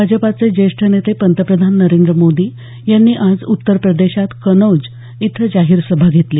भाजपाचे ज्येष्ठ नेते पंतप्रधान नरेंद्र मोदी यांनी आज उत्तरप्रदेशात कनौज इथं जाहीर सभा घेतली